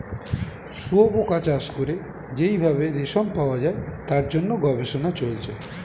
শুয়োপোকা চাষ করে যেই ভাবে রেশম পাওয়া যায় তার জন্য গবেষণা চলছে